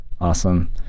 Awesome